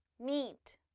meat